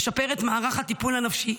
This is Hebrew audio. לשפר את מערך הטיפול הנפשי,